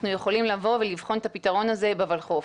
יכולים לבוא ולבחון את הפתרון הזה בולחו"ף.